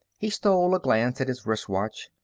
he stole a glance at his wrist-watch.